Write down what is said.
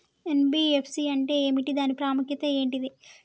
NBFC అంటే ఏమిటి దాని ప్రాముఖ్యత ఏంటిది?